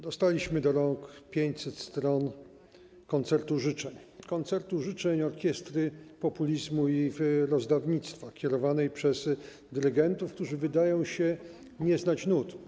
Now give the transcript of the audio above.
Dostaliśmy do rąk 500 stron koncertu życzeń, koncertu życzeń orkiestry populizmu i rozdawnictwa kierowanej przez dyrygentów, którzy wydają się nie znać nut.